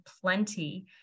plenty